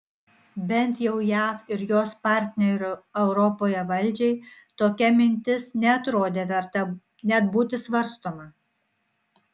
bent jau jav ir jos partnerių europoje valdžiai tokia mintis neatrodė verta net būti svarstoma